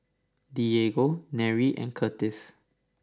Diego Nery and Curtiss